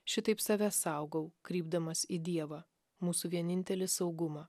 šitaip save saugau krypdamas į dievą mūsų vienintelį saugumą